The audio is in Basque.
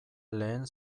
lehen